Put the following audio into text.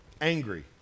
angry